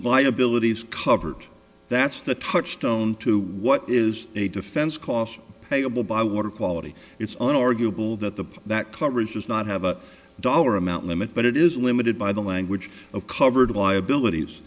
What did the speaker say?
liabilities covered that's the touch tone to what is a defense cost payable by water quality it's an arguable that the that coverage does not have a dollar amount limit but it is limited by the language of covered liabilities